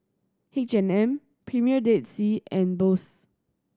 H and M Premier Dead Sea and Bose